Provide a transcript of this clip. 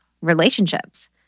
relationships